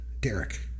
Derek